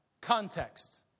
Context